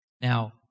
Now